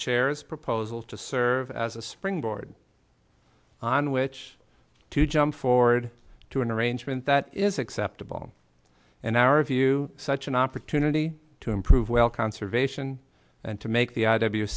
chairs proposals to serve as a springboard on which to jump forward to an arrangement that is acceptable in our view such an opportunity to improve well conservation and to make the i w